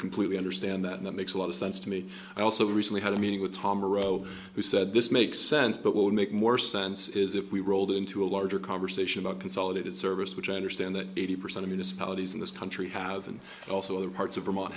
completely understand that that makes a lot of sense to me i also recently had a meeting with tom rowe who said this makes sense but will it make more sense is if we rolled into a larger conversation about consolidated service which i understand that eighty percent of the disparities in this country have and also other parts of vermont